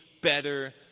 better